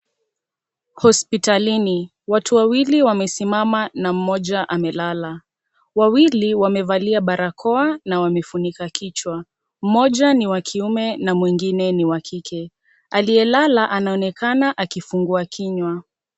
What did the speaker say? Hospitalini, watu wawili wamesimama na moja amelala. Wawili, wamevalia barakoa na wamefunika kichwa. Mmoja ni wa kiume na mwingine ni wa kike. Aliyelala anaonekana akifungua kinywa.